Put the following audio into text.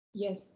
Yes